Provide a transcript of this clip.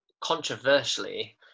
controversially